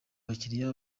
bakiriya